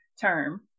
term